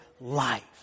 life